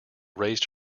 raised